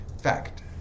Fact